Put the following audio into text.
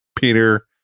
Peter